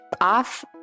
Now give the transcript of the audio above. off